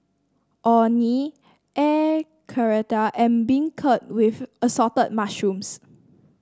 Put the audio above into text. Orh Nee Air Karthira and beancurd with Assorted Mushrooms